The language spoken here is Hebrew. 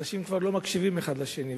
אנשים לא מקשיבים אחד לשני,